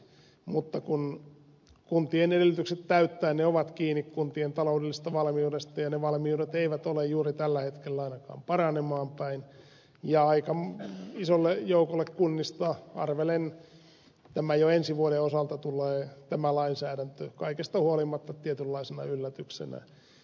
mutta kun kuntien edellytykset täyttää ne ovat kiinni kuntien taloudellisesta valmiudesta ja ne valmiudet eivät ole juuri tällä hetkellä ainakaan paranemaan päin niin aika isolle joukolle kunnista arvelen jo ensi vuoden osalta tulee tämä lainsäädäntö kaikesta huolimatta tietynlaisena yllätyksenä